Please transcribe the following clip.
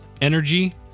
energy